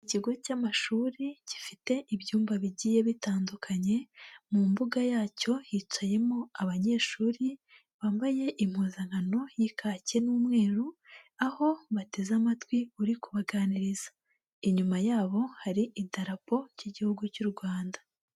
Ikigo cy'amashuri gifite ibyumba bigiye bitandukanye, mu mbuga yacyo hicayemo abanyeshuri bambaye impuzankano y'ikaki n'umweru, aho bateze amatwi uri kubaganiriza. Inyuma yabo hari idarapo ry'igihugu cy'u Rwanda.